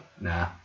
Nah